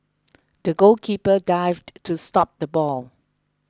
the goalkeeper dived to stop the ball